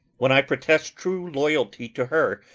when i protest true loyalty to her,